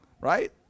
right